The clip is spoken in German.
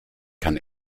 kann